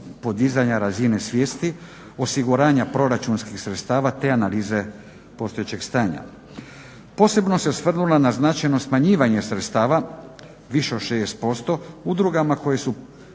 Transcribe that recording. razine svijesti, osiguranja proračunskih sredstava te analize postojećeg stanja. Posebno se osvrnula na značajno smanjivanje sredstava više od 60% udrugama koje su